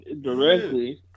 directly